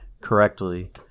correctly